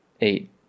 eight